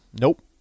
Nope